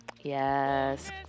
Yes